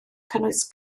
cynnwys